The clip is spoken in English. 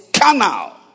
Canal